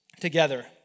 together